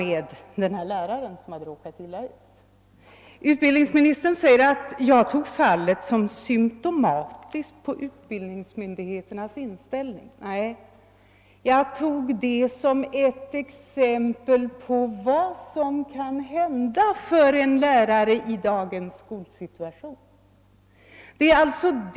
Den gäller läraren som hade råkat illa ut. Utbildningsministern påstår att jag tog det fallet som symtomatiskt för utbildningsmyndigheternas inställning. Nej, jag valde det som ett exempel på vad som kan hända en lärare i dagens skolsituation.